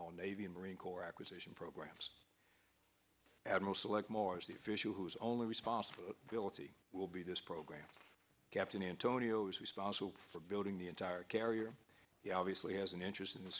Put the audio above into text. all navy and marine corps acquisition programs admiral select more as the official who is only responsible philthy will be this program captain antonio's responsible for building the entire carrier he obviously has an interest in the